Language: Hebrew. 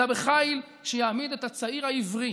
אלא בחיל שיעמיד את הצעיר העברי